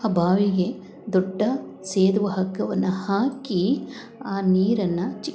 ಆ ಬಾವಿಗೆ ದೊಡ್ಡ ಸೇದುವ ಹಗ್ಗವನ್ನು ಹಾಕಿ ಆ ನೀರನ್ನು